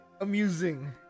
amusing